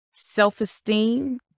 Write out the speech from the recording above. Self-esteem